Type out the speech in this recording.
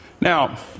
Now